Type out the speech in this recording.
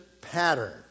pattern